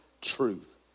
truth